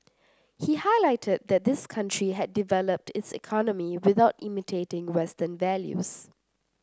he highlighted that his country had developed its economy without imitating Western values